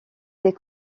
des